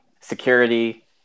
security